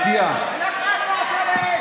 המציע, אנחנו נעשה על האש.